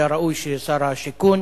היה ראוי ששר השיכון